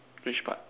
which part